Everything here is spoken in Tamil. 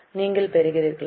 நீங்கள் பெறுகிறீர்களா